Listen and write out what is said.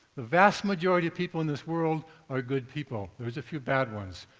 the vast majority of people in this world are good people, there is a few bad ones.